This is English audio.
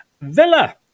Villa